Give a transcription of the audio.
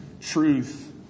truth